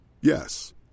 Yes